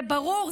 זה ברור,